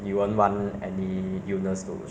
whatever skills 你 can 学的